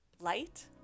light